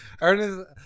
Ernest